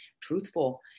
truthful